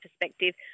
perspective